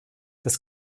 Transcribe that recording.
das